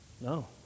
no